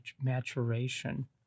maturation